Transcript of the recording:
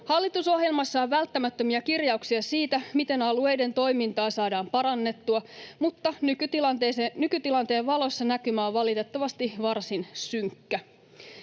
Hallitusohjelmassa on välttämättömiä kirjauksia siitä, miten alueiden toimintaa saadaan parannettua, mutta nykytilanteen valossa näkymä on valitettavasti varsin synkkä.